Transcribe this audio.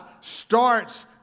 starts